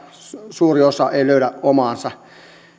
suuri osa ei löydä omaansa